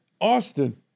Austin